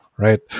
right